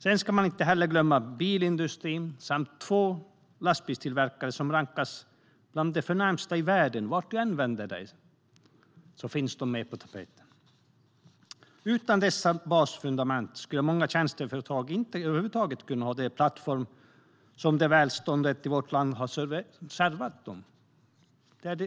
Sedan ska man inte heller glömma bilindustrin samt två lastbilstillverkare som rankas som några av de förnämsta i världen. Vart du än vänder dig finns de med. Utan dessa basfundament skulle många tjänsteföretag över huvud taget inte ha de plattformar som välståndet i vårt land serverat dem.